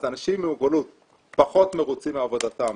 אז אנשים עם מוגבלות פחות מרוצים מעבודתם,